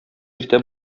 иртә